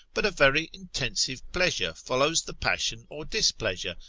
but a very intensive pleasure follows the passion or displeasure,